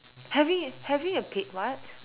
having having a pig what